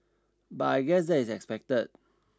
but I guess that is expected